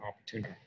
opportunity